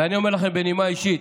ואני אומר לכם בנימה אישית,